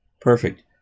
Perfect